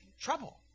trouble